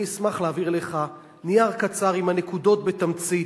אני אשמח להעביר אליך נייר קצר עם הנקודות בתמצית.